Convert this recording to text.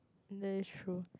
that is true